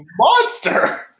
monster